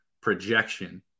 projection